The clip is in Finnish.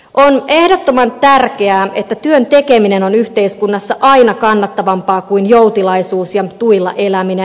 on ehdottoman tärkeää että työn tekeminen on yhteiskunnassa aina kannattavampaa kuin joutilaisuus ja tuilla eläminen